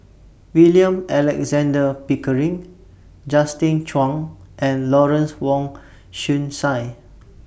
William Alexander Pickering Justin Zhuang and Lawrence Wong Shyun Tsai